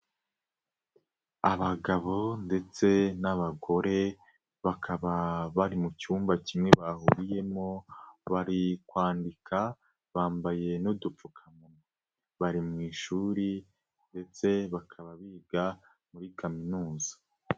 Abagabo ndetse n'abagore, bakaba bari mu cyumba kimwe bahuriyemo ,bari kwandika bambaye n'udupfukamunwa, bari mu ishuri ndetse bakaba biga muri kaminuza.